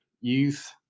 youth